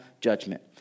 judgment